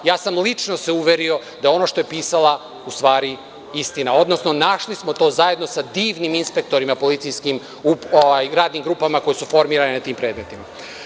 Ja sam se lično uverio da ono što je pisala je u stvari istina, odnosno našli smo to zajedno sa divnim inspektorima policijskim, radnim grupama koja su formirane na tim predmetima.